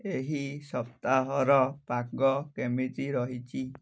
ଏହି ସପ୍ତାହର ପାଗ କେମିତି ରହିଛି